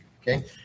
okay